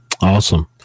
Awesome